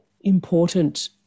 important